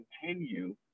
continue